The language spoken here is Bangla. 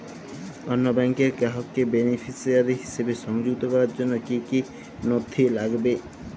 অন্য ব্যাংকের গ্রাহককে বেনিফিসিয়ারি হিসেবে সংযুক্ত করার জন্য কী কী নথি লাগবে?